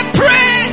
pray